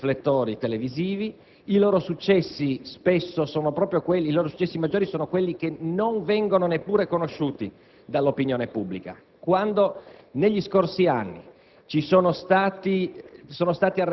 agiscono sotto i riflettori televisivi, anzi i loro successi maggiori sono quelli che non vengono neppure conosciuti dall'opinione pubblica. Quando negli scorsi anni